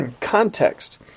context